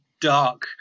dark